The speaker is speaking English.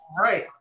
Right